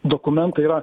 dokumentai yra